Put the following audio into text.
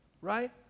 right